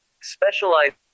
Specialized